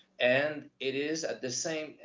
and it is, at the same,